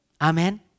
Amen